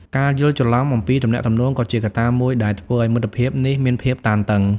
ការយល់ច្រឡំអំពីទំនាក់ទំនងក៏ជាកត្តាមួយដែលធ្វើឲ្យមិត្តភាពនេះមានភាពតានតឹង។